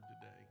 today